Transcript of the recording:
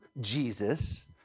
Jesus